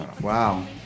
Wow